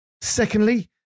Secondly